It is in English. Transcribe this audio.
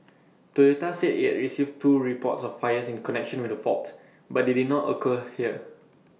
Toyota said IT had received two reports of fires in connection with the fault but they did not occur here